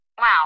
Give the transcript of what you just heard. Wow